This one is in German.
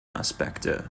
aspekte